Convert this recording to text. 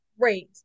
great